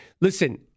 listen